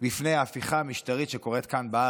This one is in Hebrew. לפני הפיכה משטרית שקורית כאן בארץ.